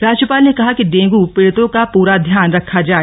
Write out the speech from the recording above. राज्यपाल ने कहा कि डेंगू पीड़ितों का पूरा ध्यान रखा जाय